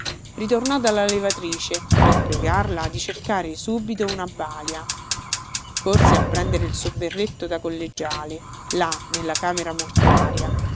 dalla levatrice per pregarla di cercare subito una balia corse a prendere il suo berretto da collegiale là nella camera mortuaria